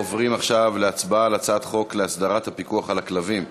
עוברים עכשיו להצבעה על הצעת חוק להסדרת הפיקוח על כלבים (תיקון,